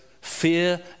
fear